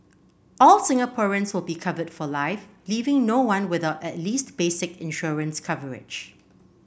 all Singaporeans will be covered for life leaving no one without at least basic insurance coverage